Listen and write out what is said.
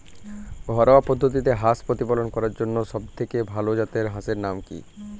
ঘরোয়া পদ্ধতিতে হাঁস প্রতিপালন করার জন্য সবথেকে ভাল জাতের হাঁসের নাম কি?